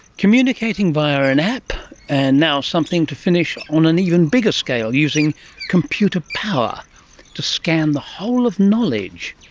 communicating via an app, and now something to finish ah on an even bigger scale using computer power to scan the whole of knowledge.